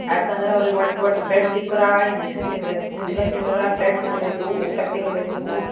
ಯಾಕಂದ್ರೆ ಅವರಿಗೆ ಒಟ್ಟು ಒಟ್ಟು ಬೆಡ್ ಸಿಕ್ಕರೆ ಇಂಜೆಕ್ಷನ್ ಸಿಗಲ್ಲ ಸಿಂಜುಕ ಸಿಗಲ್ಲಿದ್ದರೆ ಬೆಡ್ ಸಿಗಲ್ಲಾಯಿತು ಊಟ ಸಿಗಲ್ಲಾಯಿತು